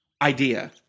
Idea